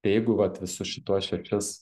tai jeigu vat visus šituos šešis